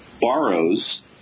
borrows